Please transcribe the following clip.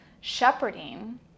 shepherding